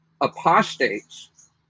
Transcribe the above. apostates